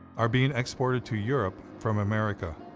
are being exported to europe from america,